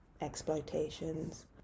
exploitations